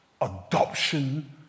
adoption